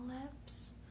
lips